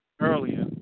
earlier